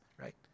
right